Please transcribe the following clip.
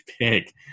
pick